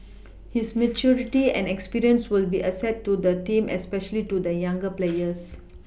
his maturity and experience will be an asset to the team especially to the younger players